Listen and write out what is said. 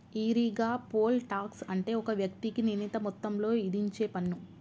ఈరిగా, poll tax అంటే ఒక వ్యక్తికి నిర్ణీత మొత్తంలో ఇధించేపన్ను